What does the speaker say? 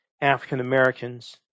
African-Americans